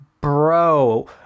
bro